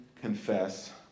confess